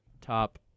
top